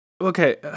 okay